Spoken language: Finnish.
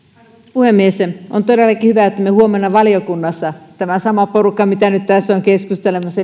puhemies on todellakin hyvä että me huomenna valiokunnassa tämä sama porukka mikä nyt tässä on keskustelemassa